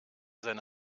seine